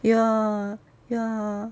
ya ya